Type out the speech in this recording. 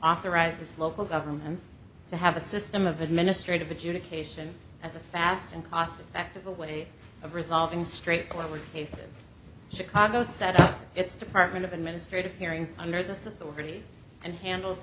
authorizes local government to have a system of administrative adjudication as a fast and cost effective way of resolving straightforward cases chicago set up its department of administrative hearings under this at the ready and handles